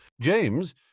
James